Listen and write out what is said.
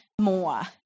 more